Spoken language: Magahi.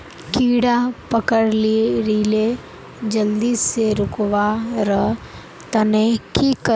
कीड़ा पकरिले जल्दी से रुकवा र तने की करवा होबे?